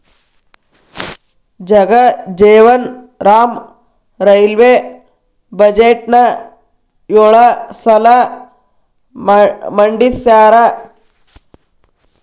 Jagjivan Ram railway ಬಜೆಟ್ನ ಯೊಳ ಸಲ ಮಂಡಿಸ್ಯಾರ